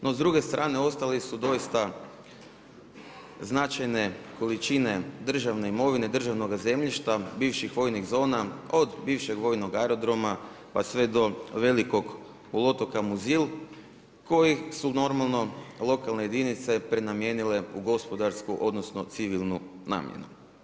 No s druge strane ostali su doista značajne količine državne imovine, državnoga zemljišta, bivših vojnih zona od bivšeg vojnog aerodroma pa sve do velikog poluotoka Muzil koji su normalno lokalne jedinice prenamijenile u gospodarsku, odnosno civilnu namjenu.